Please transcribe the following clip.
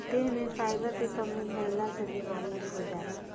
देह में फाइबर के कमी भइला से बीमारी हो जाला